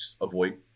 avoid